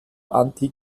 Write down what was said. anti